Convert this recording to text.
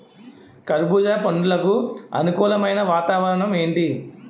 కర్బుజ పండ్లకు అనుకూలమైన వాతావరణం ఏంటి?